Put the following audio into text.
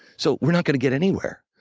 so we're not gonna get anywhere.